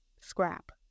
Scrap